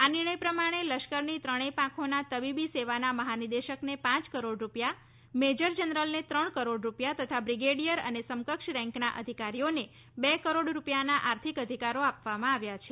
આ નિર્ણય પ્રમાણે લશ્કરની ત્રણેય પાંખોના તબીબી સેવાના મહાનિદેશકને પાંચ કરોડ રૂપિયા મેજર જનરલને ત્રણ કરોડ રૂપિયા તથા બ્રિગેડિયર અને સમકક્ષ રેન્કના અધિકારીઓને બે કરોડ રૂપિયાના આર્થિક અધિકારો આપવામાં આવ્યા છે